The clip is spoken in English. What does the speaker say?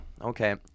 okay